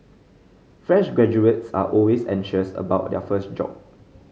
fresh graduates are always anxious about their first job